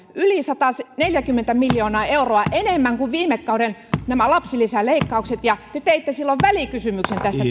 yli sataneljäkymmentä miljoonaa euroa enemmän kuin nämä viime kauden lapsilisäleikkaukset ja te teitte silloin välikysymyksen tästä